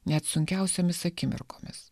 net sunkiausiomis akimirkomis